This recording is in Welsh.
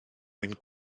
mwyn